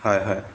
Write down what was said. হয় হয়